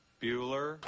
Bueller